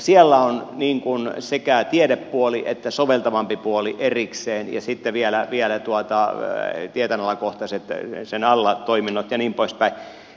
siellä on sekä tiedepuoli että soveltavampi puoli erikseen ja sitten vielä sen alla tieteenalakohtaiset toiminnot ja niin poispäin